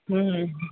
हम्म